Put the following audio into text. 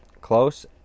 close